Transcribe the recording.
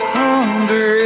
hunger